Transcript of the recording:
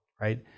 right